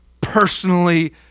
personally